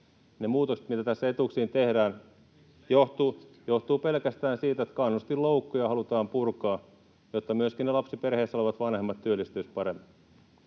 Ne muutokset, mitä tässä etuuksiin tehdään, johtuvat pelkästään siitä, että kannustinloukkuja halutaan purkaa, jotta myöskin lapsiperheissä olevat vanhemmat työllistyisivät paremmin.